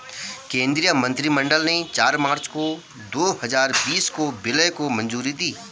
केंद्रीय मंत्रिमंडल ने चार मार्च दो हजार बीस को विलय को मंजूरी दी